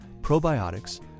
probiotics